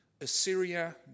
Assyria